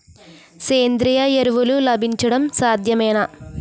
సేంద్రీయ ఎరువులు లభించడం సాధ్యమేనా?